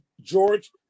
George